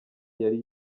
yari